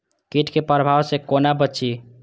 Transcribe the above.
कीट के प्रभाव से कोना बचीं?